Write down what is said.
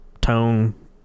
tone